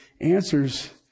answers